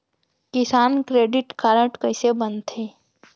किसान credit card कइसे बनथे?